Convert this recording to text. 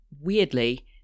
weirdly